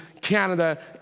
Canada